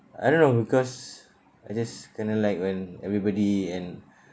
I don't know because I just kind of like when everybody and